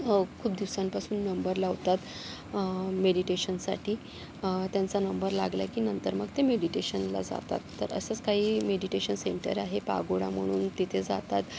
खूप दिवसांपासून नंबर लावतात मेडिटेशनसाठी त्यांचा नंबर लागला की नंतर मग ते मेडिटेशनला जातात तर असंच काही मेडिटेशन सेंटर आहे पागोडा म्हणून तिथे जातात